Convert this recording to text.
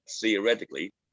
theoretically